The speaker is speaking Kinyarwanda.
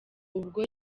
ubwo